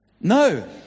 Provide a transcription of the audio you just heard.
No